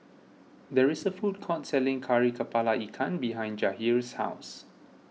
there is a food court selling Kari Kepala Ikan behind Jahir's house